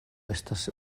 estas